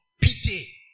pity